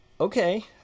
Okay